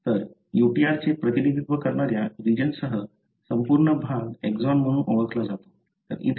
तर UTR चे प्रतिनिधित्व करणाऱ्या रीजनसह संपूर्ण भाग एक्सॉन म्हणून ओळखला जातो